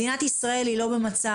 מדינת ישראל היא לא במצב,